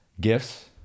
gifts